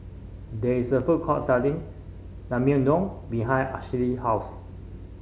there is a food court selling Naengmyeon behind Ashley house